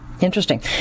Interesting